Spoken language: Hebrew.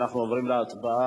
אנחנו עוברים להצבעה,